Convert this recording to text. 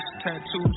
tattoos